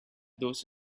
those